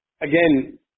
again